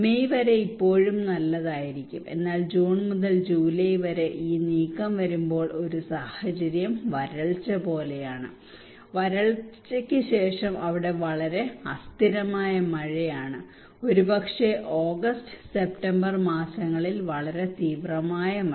May വരെ ഇപ്പോഴും നല്ലതായിരിക്കും എന്നാൽ ജൂൺ മുതൽ ജൂലൈ വരെ ഈ നീക്കം വരുമ്പോൾ ഒരു സാഹചര്യം ഒരു വരൾച്ച പോലെയാണ് വരൾച്ചയ്ക്ക് ശേഷം അവ വളരെ അസ്ഥിരമായ മഴയാണ് ഒരുപക്ഷേ ഓഗസ്റ്റ് സെപ്തംബർ മാസങ്ങളിൽ വളരെ തീവ്രമായ മഴ